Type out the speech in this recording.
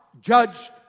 judged